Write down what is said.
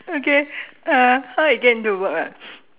okay uh how I get into work ah